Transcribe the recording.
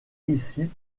ici